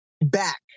back